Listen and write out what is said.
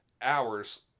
hours